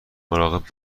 مراقب